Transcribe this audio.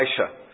Elisha